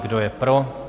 Kdo je pro?